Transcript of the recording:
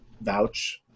vouch